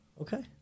Okay